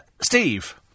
Steve